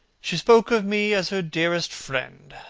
she spoke of me as her dearest friend.